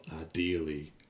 ideally